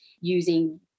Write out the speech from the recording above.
using